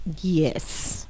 Yes